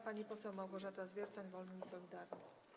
Pani poseł Małgorzata Zwiercan, Wolni i Solidarni.